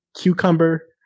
cucumber